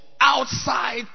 outside